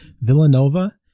Villanova